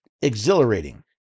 exhilarating